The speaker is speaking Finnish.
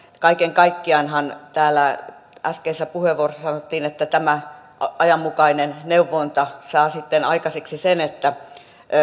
kaiken kaikkiaan täällä äskeisessä puheenvuorossa sanottiin että tämä ajanmukainen neuvonta saa sitten aikaiseksi sen että